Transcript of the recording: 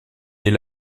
est